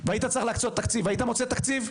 והיית צריך למצוא תקציב, היית מוצא תקציב?